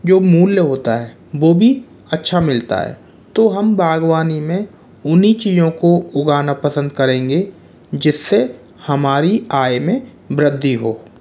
जो मूल्य होता है वो भी अच्छा मिलता है तो हम बागवानी में उन्हीं चीज़ों को उगाना पसंद करेंगे जिससे हमारी आय में वृद्धि हो